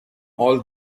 all